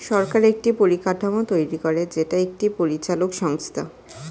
সরকার একটি পরিকাঠামো তৈরী করে যেটা একটি পরিচালক সংস্থা